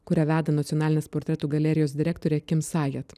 kurią veda nacionalinės portretų galerijos direktorė kim sajat